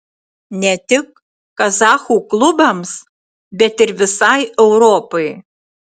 ne tik kazachų klubams bet ir visai europai